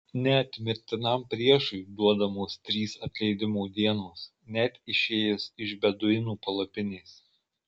net mirtinam priešui duodamos trys atleidimo dienos net išėjus iš beduinų palapinės